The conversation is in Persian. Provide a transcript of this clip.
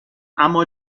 اما